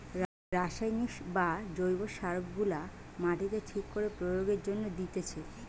রাসায়নিক বা জৈব সার গুলা মাটিতে ঠিক করে প্রয়োগের জন্যে দিতেছে